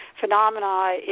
phenomena